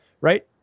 right